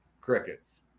crickets